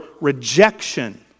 rejection